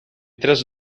tres